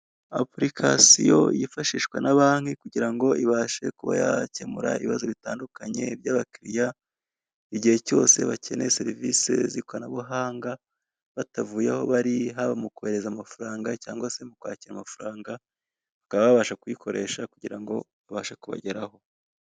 Apurikasiyo yifashishwa na banki kugira ngo ibashe kuba yakemura ibibazo bitandukanye by'abakiriya, igihe cyose bakeneye serivisi z'ikoranabuhanga, batavuye aho bari, haba mu kohereza amafaranga cyangwa se mu kwakira amafaranga, bakaba babasha kuyikoresha kugira ngo abashe kubageraho.